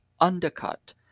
undercut